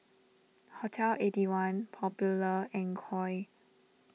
Hotel Eighty One Popular and Koi